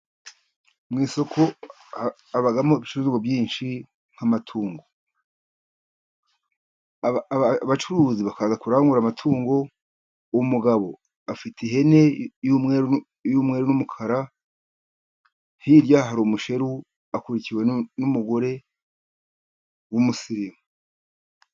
Mu isoko habamo ibicuruzwa byinshi nk'amatungo. Abacuruzi bakaza kurangura amatungo, umugabo afite ihene y'umweru n'umukara, hirya yaho hari umusheru, akurikiwe n'umugore w'umusirimu.